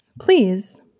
Please